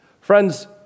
Friends